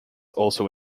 also